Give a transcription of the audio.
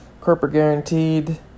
corporate-guaranteed